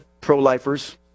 pro-lifers